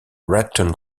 raton